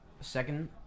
second